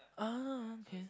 oh okay